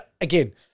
again